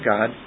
God